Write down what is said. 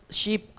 sheep